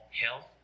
health